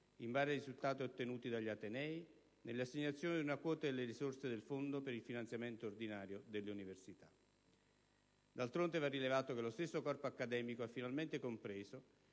in base ai risultati ottenuti dagli atenei nell'assegnazione di una quota delle risorse del fondo per il finanziamento ordinario delle università. D'altronde, va rilevato che lo stesso corpo accademico ha finalmente compreso